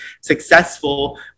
successful